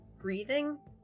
breathing